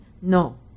No